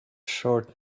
short